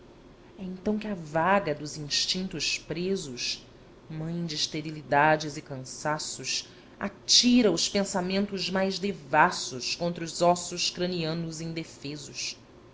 então que a vaga dos instintos presos mãe de esterilidades e cansaços atira os pensamentos mais devassos contra os ossos cranianos indefesos